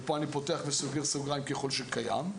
ככל שקיים,